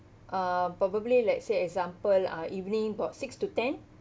uh probably let's say example uh evening about six to ten